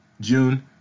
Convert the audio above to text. June